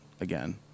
again